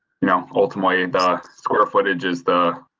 you know, ultimately, and the square footage is the.